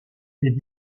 est